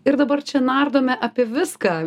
ir dabar čia nardome apie viską